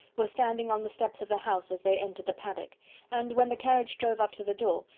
were standing on the steps of the house as they entered the paddock and, when the carriage drove up to the door,